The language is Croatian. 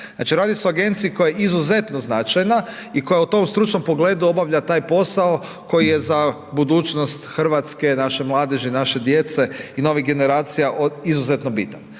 radi se o agenciji koja je izuzetno značajna i koja u tom stručnom pogledu obavlja taj posao, koji je za budućnost Hrvatske, naše mladeži, naše djece, i novih generacija, izuzetno bitan